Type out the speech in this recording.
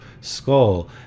skull